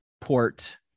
port